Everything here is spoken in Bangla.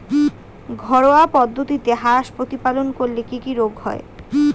ঘরোয়া পদ্ধতিতে হাঁস প্রতিপালন করলে কি কি রোগ হয়?